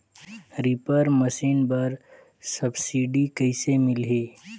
Reaper machine बर subsidy कइसे मिलही?